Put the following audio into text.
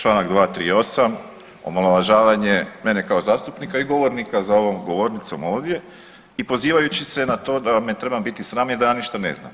Članak 238. omalovažavanje mene kao zastupnika i govornika za ovom govornicom ovdje i pozivajući se na to da me treba biti sram i da ja ništa ne znam.